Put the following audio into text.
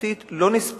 פרטית לא נספרות,